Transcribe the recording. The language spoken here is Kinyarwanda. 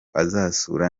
azasura